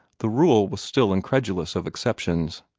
the rule was still incredulous of exceptions.